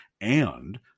and-